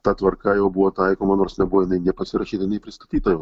ta tvarka jau buvo taikoma nors nebuvo jinai nei pasirašyta nei pristatyta jau